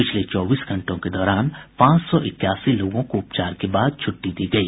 पिछले चौबीस घंटों के दौरान पांच सौ इक्यासी लोगों को उपचार के बाद छुट्टी दी गयी